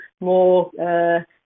more